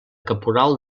caporal